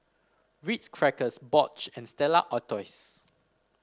Ritz Crackers Bosch and Stella Artois